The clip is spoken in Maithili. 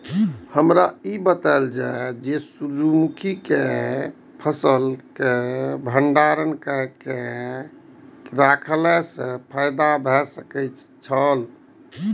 हमरा ई बतायल जाए जे सूर्य मुखी केय फसल केय भंडारण केय के रखला सं फायदा भ सकेय छल?